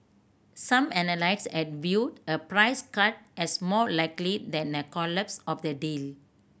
some analysts had viewed a price cut as more likely than a collapse of the deal